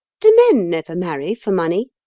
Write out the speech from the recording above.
do men never marry for money?